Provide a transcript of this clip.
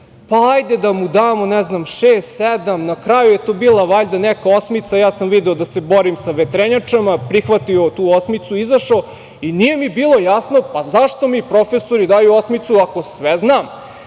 - hajde da mu damo 6, možda 7, na kraju je to bila valjda neka 8 i ja sam video da se borim sa vetrenjačama, prihvatio tu 8, izašao i nije mi bilo jasno zašto mi profesori daju 8 ako sve znam?